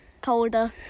colder